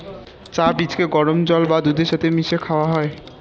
চা বীজকে গরম জল বা দুধের সাথে মিশিয়ে খাওয়া হয়